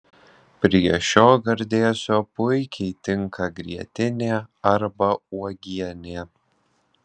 prie šio gardėsio puikiai tinka grietinė arba uogienė